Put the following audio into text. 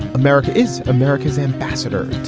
america is america's ambassador.